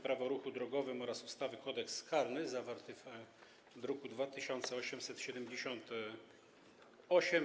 Prawo o ruchu drogowym oraz ustawy Kodeks karny, zawartym w druku nr 2878.